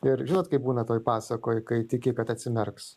ir žinot kaip būna toj pasakoj kai tiki kad atsimerks